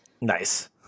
Nice